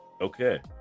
okay